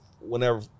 whenever